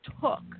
took